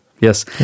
Yes